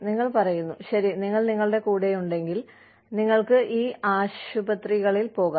നിങ്ങൾ പറയുന്നു ശരി നിങ്ങൾ ഞങ്ങളുടെ കൂടെയുണ്ടെങ്കിൽ നിങ്ങൾക്ക് ഈ ആശുപത്രികളിൽ പോകാം